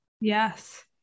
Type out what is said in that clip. Yes